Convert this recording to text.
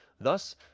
Thus